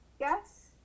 yes